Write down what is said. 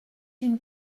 une